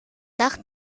dach